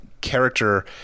character